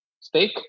steak